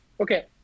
okay